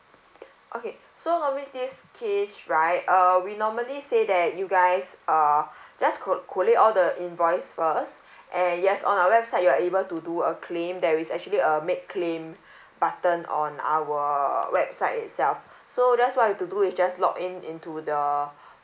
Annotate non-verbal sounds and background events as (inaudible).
(breath) okay so normally this case right uh we normally say that you guys err (breath) just co~ courier all the invoice for us (breath) and yes on our website you're able to do a claim there is actually a make claim (breath) button on our website itself (breath) so just what you want to do is just log in into the (breath)